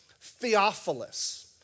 Theophilus